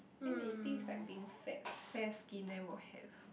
then they think it's like being fat fair skin then will have